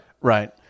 right